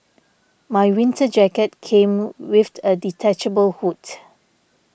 my winter jacket came with a detachable hood